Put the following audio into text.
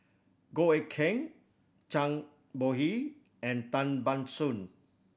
Goh Eck Kheng Zhang Bohe and Tan Ban Soon